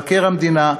למבקר המדינה,